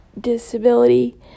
disability